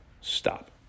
stop